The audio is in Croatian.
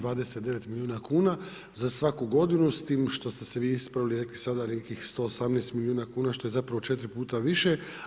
29 milijuna kuna za svaku godinu s tim što ste se vi ispravili i rekli sada nekih 118 milijuna kuna što je četiri puta više.